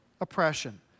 oppression